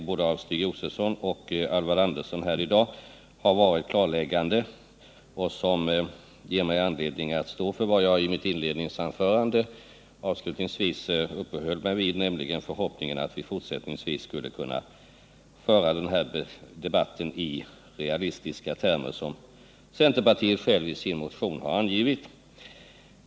Både Stig Josefsons och Alvar Anderssons inlägg i dag har, enligt min mening, varit klarläggande och ger mig anledning att stå för vad jag i mitt inledningsanförande avslutningsvis uppehöll mig vid, nämligen förhoppningen att vi i fortsättningen skall kunna föra den här debatten i realistiska termer, som ju också centerpartiet självt framhållit i sin motion.